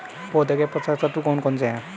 पौधों के पोषक तत्व कौन कौन से हैं?